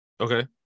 Okay